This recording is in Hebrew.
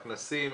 הכנסים,